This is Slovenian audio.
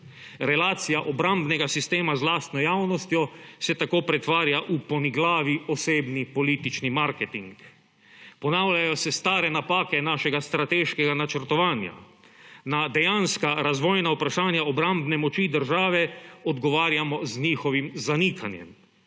Relacija obrambnega sistema z lastno javnostjo se tako pretvarja v poniglavi osebni politični marketing. Ponavljajo se stare napake našega strateškega načrtovanja. Na dejanska razvojna vprašanja obrambne moči države odgovarjamo z njihovim zanikanjem.